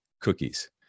cookies